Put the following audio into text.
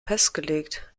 festgelegt